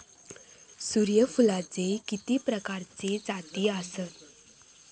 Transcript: सूर्यफूलाचे किती प्रकारचे जाती आसत?